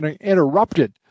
interrupted